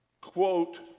Quote